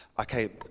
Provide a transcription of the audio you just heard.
Okay